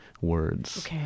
words